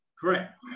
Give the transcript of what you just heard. Correct